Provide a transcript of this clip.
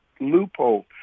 loophole